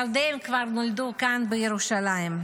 ילדיהם כבר נולדו כאן, בירושלים.